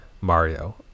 mario